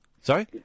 sorry